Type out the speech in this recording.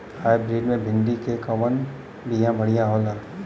Hybrid मे भिंडी क कवन बिया बढ़ियां होला?